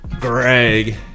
Greg